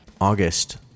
August